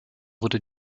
wurde